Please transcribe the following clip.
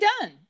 done